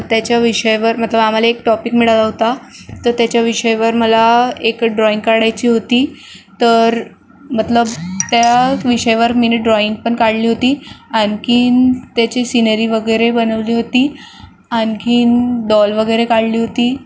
त्याच्या विषयवर मतलब आम्हाला एक टॉपिक मिळाला होता तर त्याच्या विषयावर मला एक ड्रॉइंग काढायची होती तर मतलब त्या विषयावर मी ना ड्रॉइंग पण काढली होती आणखीन त्याची सिनेरी वगैरे बनवली होती आणखी ना डॉल वगैरे काढली होती